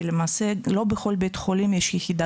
כי למעשה לא בכל בית חולים יש יחידת